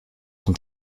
sont